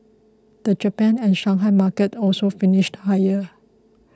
the Japan and Shanghai markets also finished higher